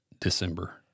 December